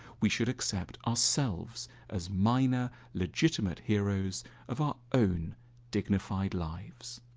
we should accept ourselves as minor legitimate heroes of our own dignified lives